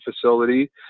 facility